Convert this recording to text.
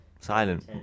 Silent